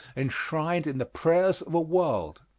enshrined in the prayers of a world.